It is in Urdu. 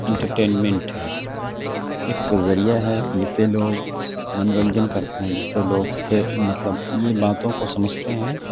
انٹرٹینمنٹ ہے ایک ذریعہ ہے جس سے لوگ منورنجن کرتے ہیں جس سے لوگ مطلب یہ باتوں کو سمجھتے ہیں